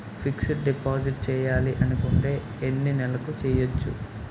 Fixed deposit చేయాలి అనుకుంటే ఎన్నే నెలలకు చేయొచ్చు?